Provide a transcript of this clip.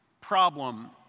problem